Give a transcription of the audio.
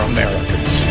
Americans